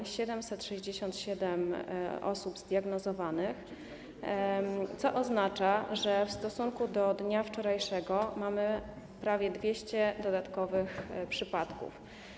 Jest 767 zdiagnozowanych osób, co oznacza, że w stosunku do dnia wczorajszego mamy prawie 200 dodatkowych przypadków.